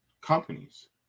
companies